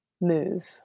move